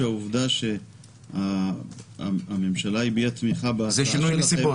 שהעובדה שהממשלה הביעה תמיכה בהצעה שלכם